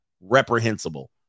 reprehensible